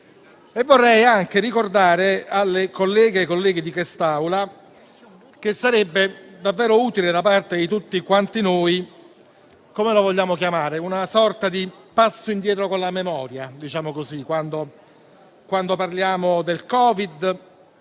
Vorrei anche ricordare alle colleghe e ai colleghi in quest'Aula che sarebbe davvero utile da parte di tutti quanti noi fare una sorta di passo indietro con la memoria quando parliamo del Covid,